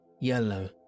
yellow